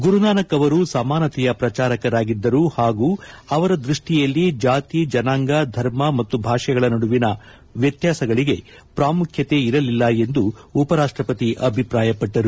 ಗುರುನಾನಕ್ ಅವರು ಸಮಾನತೆಯ ಪ್ರಚಾರಕರಾಗಿದ್ದರು ಹಾಗೂ ಅವರ ದೃಷ್ಷಿಯಲ್ಲಿ ಜಾತಿ ಜನಾಂಗ ಧರ್ಮ ಮತ್ತು ಭಾಷೆಗಳ ನಡುವಿನ ವ್ಯತ್ಯಾಸಗಳಿಗೆ ಪ್ರಾಮುಖ್ಯತೆ ಇರಲಿಲ್ಲ ಎಂದು ಉಪರಾಷ್ಪಪತಿ ಅಭಿಪ್ರಾಯಪಟ್ಟರು